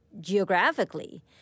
geographically